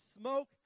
smoke